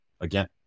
Again